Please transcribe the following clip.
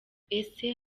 ese